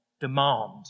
demand